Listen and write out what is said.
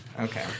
Okay